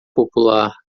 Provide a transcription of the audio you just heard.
popular